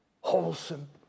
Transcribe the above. wholesome